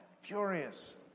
furious